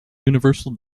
universal